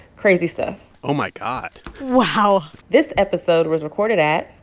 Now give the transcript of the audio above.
crazy stuff oh, my god wow this episode was recorded at.